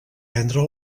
vendre